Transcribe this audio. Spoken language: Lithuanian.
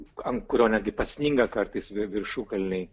ant kurio netgi pasninga kartais vir viršukalnėj